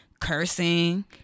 cursing